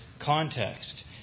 context